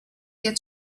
get